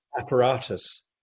apparatus